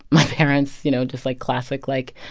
my parents you know, just like classic, like,